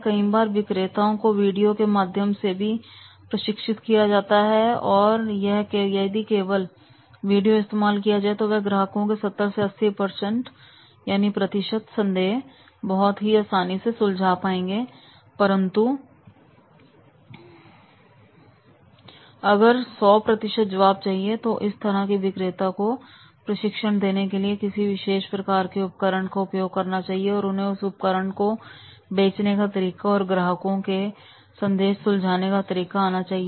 कई बार विक्रेताओं को वीडियो के माध्यम से भी प्रशिक्षित किया जाता है और यदि केवल वीडियो इस्तेमाल किए जाएं तो वह ग्राहकों के 70 से 80 संदेह बहुत ही आसानी से सुलझा पाएंगे परंतु अगर 100 जवाब चाहिए तो इस तरह के विक्रेता को प्रशिक्षण देने के लिए किसी विशेष प्रकार के उपकरण का उपयोग करना चाहिए और उन्हें उस उपकरण को बेचने का तरीका और ग्राहकों के संदेश उलझाने का तरीका आना चाहिए